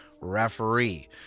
referee